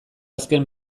azken